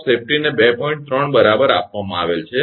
3 બરાબર આપવામાં આવેલ છે